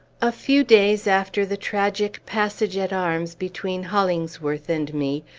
a few days after the tragic passage-at-arms between hollingsworth and me,